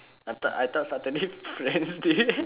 I thought I thought saturday friend's day